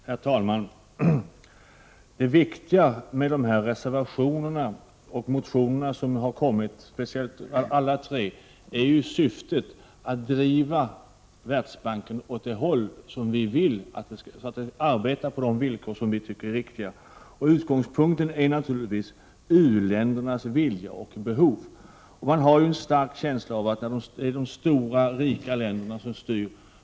Herr talman! Syftet med reservationerna och motionerna i detta ämne är att driva Världsbanken åt det håll som vi vill så att den arbetar på villkor som vi tycker är riktiga. Utgångspunkten är naturligtvis u-ländernas vilja och behov. Man har en stark känsla av att det är de stora rika länderna som styr.